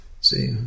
See